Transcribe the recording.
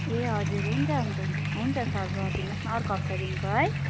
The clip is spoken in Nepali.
ए हजुर हुन्छ हुन्छ सर गरिदिनु होस् न अर्को हप्तादेखिको है